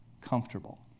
comfortable